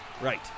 Right